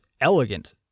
elegant